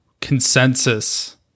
consensus